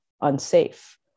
unsafe